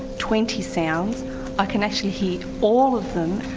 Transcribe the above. twenty sounds i can actually hear all of them,